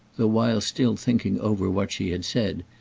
though while still thinking over what she had said,